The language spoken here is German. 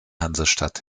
hansestadt